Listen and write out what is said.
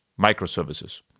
microservices